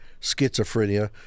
schizophrenia